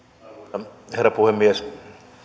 arvoisa herra puhemies